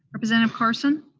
representative carson?